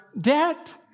debt